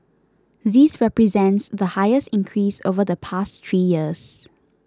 this represents the highest increase over the past three years